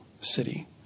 city